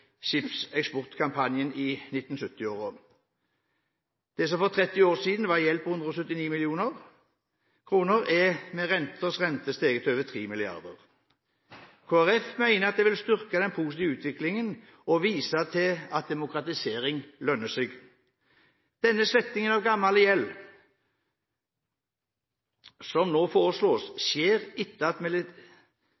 skipseksportkampanjen 1970-årene. Det som for 30 år siden var en gjeld på 179 mill. kr, er med rentesrente steget til over 3 mrd. kr. Kristelig Folkparti mener at det vil styrke den positive utviklingen og vise at demokratisering lønner seg. Den slettingen av gammel gjeld som nå foreslås,